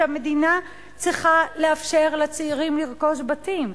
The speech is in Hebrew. שהמדינה צריכה לאפשר לצעירים לרכוש בתים.